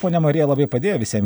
ponia marija labai padėjo visiem